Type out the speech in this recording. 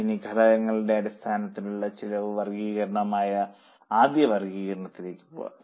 ഇനി ഘടകങ്ങളുടെ അടിസ്ഥാനത്തിലുള്ള ചെലവ് വർഗ്ഗീകരണമായ ആദ്യ വർഗ്ഗീകരണത്തിലേക്ക് പോകാം